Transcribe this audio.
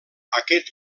aquest